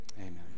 amen